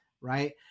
Right